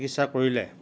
চিকিৎসা কৰিলে